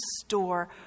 store